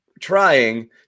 trying